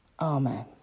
Amen